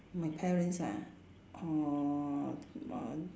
my parents ah orh ma~